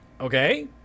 Okay